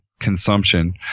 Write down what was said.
consumption